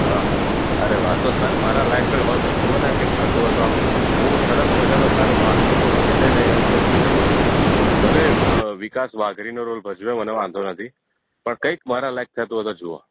હં અરે વાહ તો સર મારાલાયક કંઈ હોય તો જુઓ ને કંઈક થતું હોય તો આમ હું સરસ મજાનો સર વાઘણનો રોલ છે ને એ હું ભજવી શકું છું ભલે વિકાસ વાઘરીનો રોલ ભજવે મને વાંધો નથી પણ કંઈક મારા લાયક થતું હોય તો જુઓ